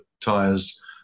tires